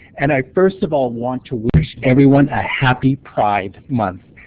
and i first of all want to wish everyone a happy pride month.